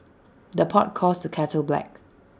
the pot calls the kettle black